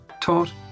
taught